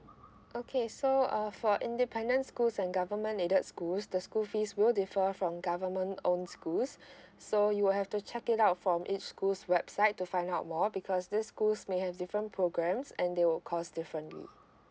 okay so uh for independent schools and government aided schools the school fees will differ from government owned schools so you will have to check it out from each school's website to find out more because these schools may have different programs and they will cost differently